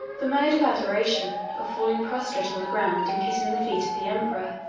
the mode of adoration, of falling prostrate on the ground, and kissing the feet of the emperor,